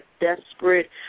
desperate